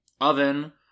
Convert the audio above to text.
oven